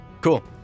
Cool